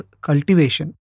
cultivation